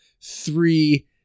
three